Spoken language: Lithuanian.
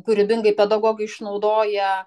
kūrybingai pedagogai išnaudoja